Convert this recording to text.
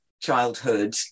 childhood